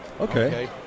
Okay